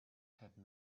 had